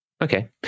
Okay